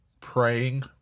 praying